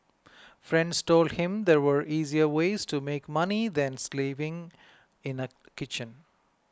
friends told him there were easier ways to make money than slaving in a kitchen